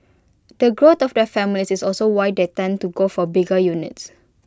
the growth of their families is also why they tend to go for bigger units